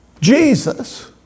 Jesus